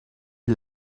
est